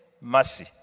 mercy